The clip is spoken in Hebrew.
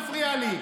רון, אל תפריע לי.